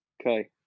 Okay